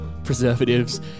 Preservatives